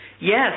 Yes